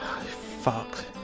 fuck